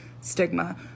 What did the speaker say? stigma